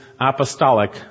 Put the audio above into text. apostolic